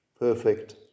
Perfect